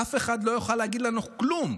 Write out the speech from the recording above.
ואף אחד לא יוכל להגיד לנו כלום,